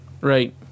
right